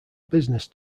business